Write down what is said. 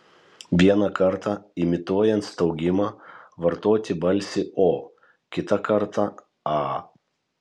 vieną kartą imituojant staugimą vartoti balsį o kitą kartą a